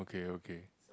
okay okay